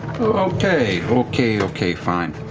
okay, okay, okay, fine.